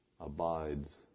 abides